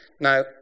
Now